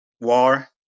War